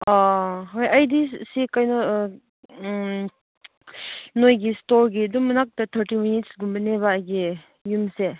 ꯑꯥ ꯍꯣꯏ ꯑꯩꯗꯤ ꯁꯤ ꯀꯩꯅꯣ ꯅꯣꯏꯒꯤ ꯏꯁꯇꯣꯔꯒꯤ ꯑꯗꯨꯝ ꯃꯅꯥꯛꯇ ꯊꯥꯔꯇꯤ ꯃꯤꯅꯠꯁ ꯀꯨꯝꯕꯅꯦꯕ ꯑꯩꯒꯤ ꯌꯨꯝꯁꯦ